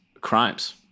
crimes